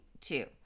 two